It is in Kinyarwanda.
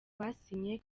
basinye